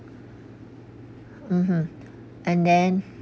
mmhmm and then